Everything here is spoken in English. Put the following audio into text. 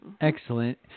Excellent